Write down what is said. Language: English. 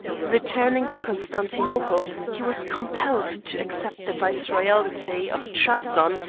returning to constantinople, he was compelled to accept the viceroyalty of trebizond,